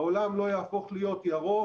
העולם לא יהפוך להיות ירוק